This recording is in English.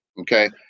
okay